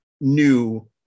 new